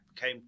Came